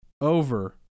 over